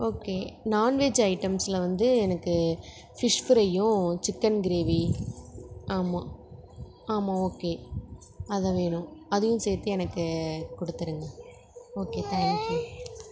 okay non veg ஐட்டம்ஸில் வந்து எனக்கு ஃபிஷ் ஃப்ரையும் சிக்கன் கிரேவி ஆமாம் ஆமாம் ஓகே அது வேணும் அதையும் சேர்த்து எனக்கு கொடுத்துருங்க ஓகே தேங்க் யூ